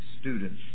students